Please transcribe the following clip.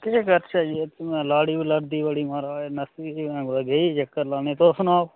केह् करचे़ै यार लाड़ी बी लड़दी बड़ी महाराज नस्सी गेई भैं कुदै गेई चक्कर लाने गी तुस सनाओ